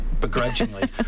begrudgingly